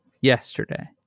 Yesterday